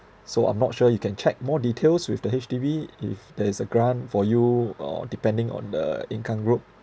so I'm not sure you can check more details with the H_D_B if there is a grant for you or depending on the income group